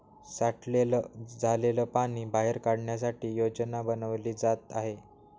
साठलेलं झालेल पाणी बाहेर काढण्यासाठी योजना बनवली जात आहे